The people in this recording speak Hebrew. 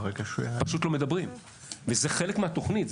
פשוט לא מדברים וזה חלק אינהרנטי בתוכנית.